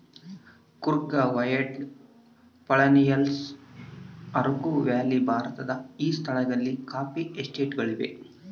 Coorg Wayanad Palani Hills Araku Valley ಭಾರತದ ಈ ಸ್ಥಳಗಳಲ್ಲಿ ಕಾಫಿ ಎಸ್ಟೇಟ್ ಗಳಿವೆ